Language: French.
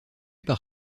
par